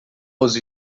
aos